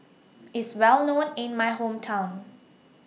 IS Well known in My Hometown